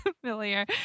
familiar